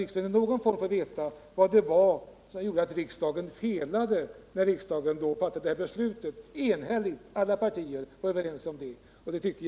Riksdagen bör i någon form få vet vad det var som gjorde att riksdagen felade när alla partier enhälligt fattade detta beslut. Jag tycker att detta inte vore för mycket begärt.